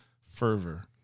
fervor